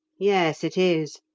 yes, it is,